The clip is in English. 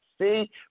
see